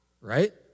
Right